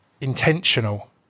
intentional